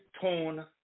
tone